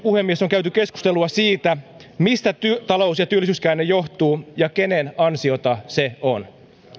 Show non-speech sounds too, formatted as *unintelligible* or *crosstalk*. *unintelligible* puhemies julkisuudessa on käyty keskustelua siitä mistä talous ja työllisyyskäänne johtuu ja kenen ansiota se on